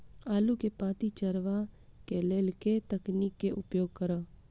आलु केँ पांति चरावह केँ लेल केँ तकनीक केँ उपयोग करऽ?